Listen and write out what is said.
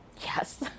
Yes